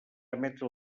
emetre